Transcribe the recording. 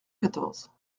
quatorze